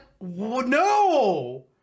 No